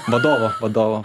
vadovo vadovo